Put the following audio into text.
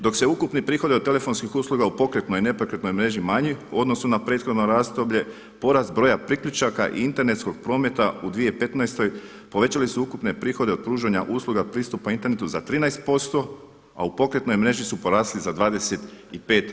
Dok se ukupni prihodi od telefonskih usluga u pokretnoj i nepokretnoj mreži manji u odnosu na prethodno razdoblje porast broja priključaka i internetskog prometa u 2015. povećali su ukupne prihode od pružanja usluga pristupa internetu za 13%, a u pokretnoj mreži su porasli za 25%